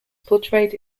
portrayed